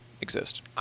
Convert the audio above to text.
exist